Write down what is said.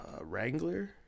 Wrangler